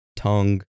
tongue